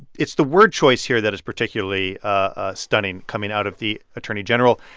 it's the word choice here that is particularly ah stunning coming out of the attorney general,